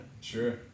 Sure